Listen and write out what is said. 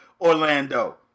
Orlando